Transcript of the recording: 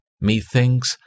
Methinks